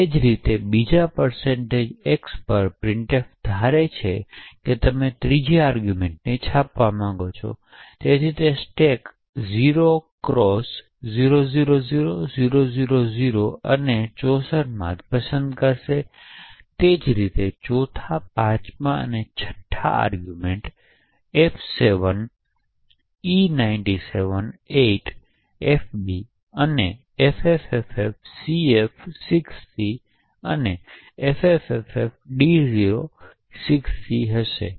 એ જ રીતે બીજા x પર પ્રિન્ટફ ધારે છે કે તમે ત્રીજી આરગ્યૂમેંટને છાપવા માંગો છો અને તેથી તે સ્ટેક 0x000000 અને 64 માંથી પસંદ કરશે અને તે જ રીતે ચોથા પાંચમા અને છઠ્ઠા આરગ્યૂમેંટ f7e978fb અને ffffcf6c અને ffffd06c હશે